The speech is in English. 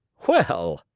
well,